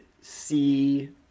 see